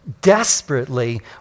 desperately